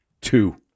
Two